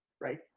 right